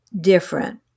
different